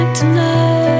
Tonight